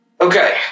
Okay